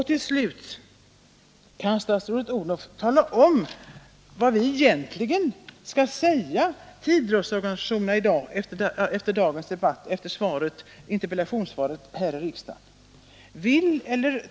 Till slut: Kan statsrådet Odhnoff tala om vad vi egentligen skall säga till idrottsorganisationerna efter interpellationssvaret här i dag?